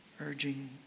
urging